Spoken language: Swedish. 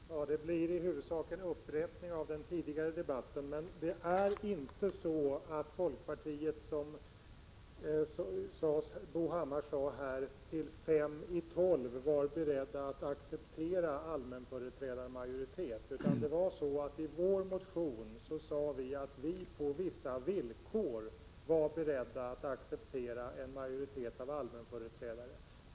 Herr talman! Detta blir i huvudsak en upprepning av vad jag sagt tidigare. Det är inte så att vi i folkpartiet, som Bo Hammar sade, till fem i tolv var beredda att acceptera allmänföreträdarmajoritet, utan vi sade i vår motion att vi på vissa villkor var beredda att acceptera en majoritet av allmänföreträ dare.